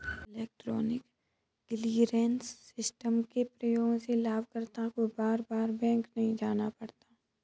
electronic clearance system के प्रयोग से लाभकर्ता को बार बार बैंक नहीं जाना पड़ता है